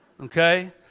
Okay